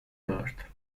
birth